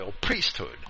priesthood